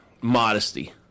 modesty